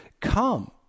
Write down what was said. come